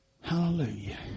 Hallelujah